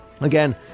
Again